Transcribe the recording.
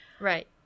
right